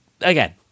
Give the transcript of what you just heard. again